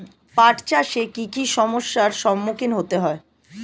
পাঠ চাষে কী কী সমস্যার সম্মুখীন হতে হয়?